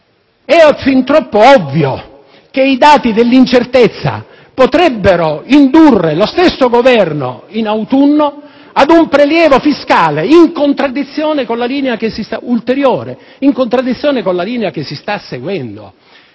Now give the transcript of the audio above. è fin troppo ovvio che i dati dell'incertezza potrebbero indurre lo stesso Governo, in autunno, ad un prelievo fiscale in contraddizione con la linea ulteriore che si sta seguendo,